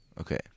Okay